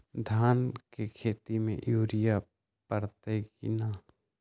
धान के खेती में यूरिया परतइ कि न?